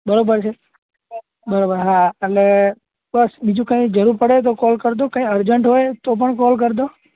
બરાબર છે બરાબર હા અને બસ બીજું કાંઈ જરૂર પડે તો કોલ કરજો કાંઈ એરજ્ન્ટ હોય તો પણ કોલ કરજો